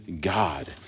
God